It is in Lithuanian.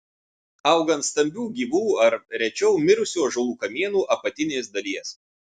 auga ant stambių gyvų ar rečiau mirusių ąžuolų kamienų apatinės dalies